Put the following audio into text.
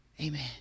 Amen